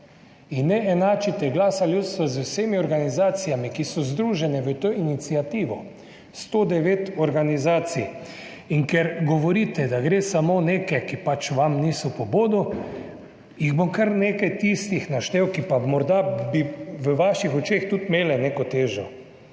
Ne enačite Glasa ljudstvo z vsemi organizacijami, ki so združene v to iniciativo, 109 organizacij, in ker govorite, da gre samo za neke, ki pač vam niso po godu, bom naštel kar nekaj tistih, ki pa bi morda tudi v vaših očeh imele neko težo.